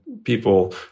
people